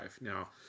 Now